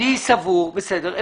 בסדר.